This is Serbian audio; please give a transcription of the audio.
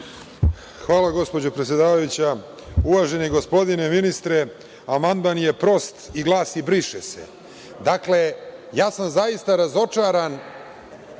Hvala gospođo predsedavajuća, uvaženi gospodine ministre, amandman je prost i glasi – briše se. Dakle, ja sam zaista razočaran